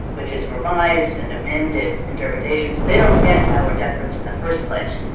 which is revised and amended interpretations, they don't get auer deference in the first place.